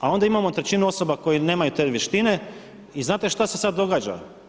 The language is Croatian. A onda imamo trećinu osoba koji nemaju te vještine i znate šta se sada događa?